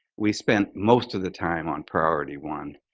we spent most of the time on priority one,